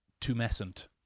tumescent